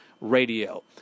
radio